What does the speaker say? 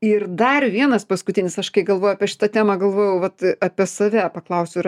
ir dar vienas paskutinis aš kai galvojau apie šitą temą galvojau vat apie save paklausiu ir